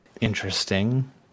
Interesting